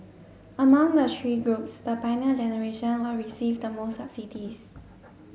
among the three groups the Pioneer Generation will receive the most subsidies